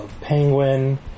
Penguin